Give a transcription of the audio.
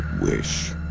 wish